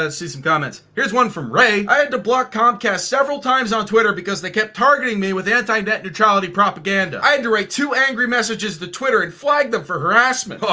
let's see some comments. here's one from rey. i had to block comcast several times on twitter because they kept targeting me with anti net neutrality propaganda. i had to write two angry messages to twitter and flag them for harassment. oh,